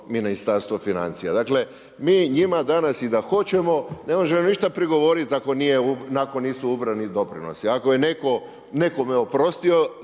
Ministarstvo financija. Dakle mi njima danas i da hoćemo ne možemo ništa prigovoriti ako nisu ubrani doprinosi. Ako je neko nekome oprostio